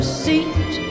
seat